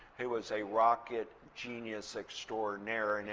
he was a rocket genius extraordinaire, and